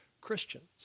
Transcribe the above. Christians